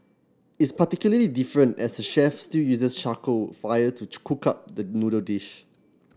it's particularly different as the chef still uses charcoal fire to cook up the noodle dish